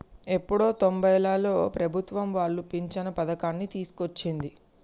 ఎప్పుడో తొంబైలలో ప్రభుత్వం వాళ్లు పించను పథకాన్ని తీసుకొచ్చింది